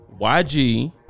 YG